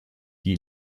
die